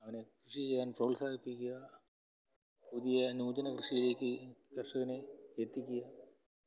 അവന് കൃഷി ചെയ്യാൻ പ്രോത്സാഹിപ്പിക്കുക പുതിയ നൂതന കൃഷിയിലേക്ക് കർഷകനെ എത്തിക്കുക